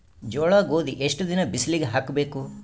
ಜೋಳ ಗೋಧಿ ಎಷ್ಟ ದಿನ ಬಿಸಿಲಿಗೆ ಹಾಕ್ಬೇಕು?